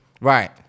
Right